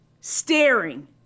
staring